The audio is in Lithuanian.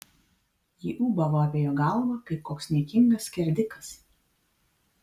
ji ūbavo apie jo galvą kaip koks niekingas skerdikas